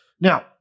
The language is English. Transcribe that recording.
Now